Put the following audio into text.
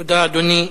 תודה, אדוני.